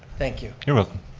thank you. you're welcome.